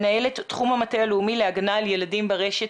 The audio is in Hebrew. מנהלת תחום המטה הלאומי להגנה על ילדים ברשת.